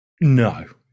no